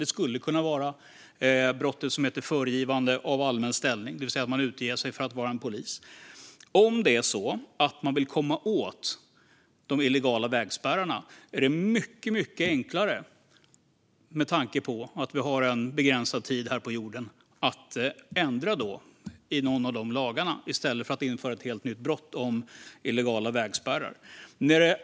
Det skulle kunna vara brottet som heter föregivande av allmän ställning, det vill säga att man utger sig för att vara polis. Om man vill komma åt de illegala vägspärrarna är det mycket enklare - med tanke på att vi har en begränsad tid här jorden - att ändra i någon av de lagarna i stället för att införa ett helt nytt brott för illegala vägspärrar.